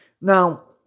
Now